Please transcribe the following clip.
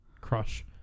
crush